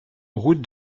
route